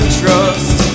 trust